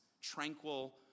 tranquil